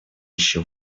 еще